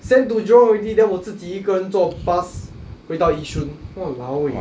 send to jurong already then 我自己一个人坐 bus 回到 yishun !walao! eh